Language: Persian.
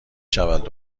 شود